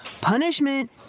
punishment